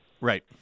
Right